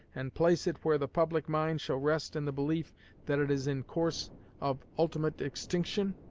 and place it where the public mind shall rest in the belief that it is in course of ultimate extinction,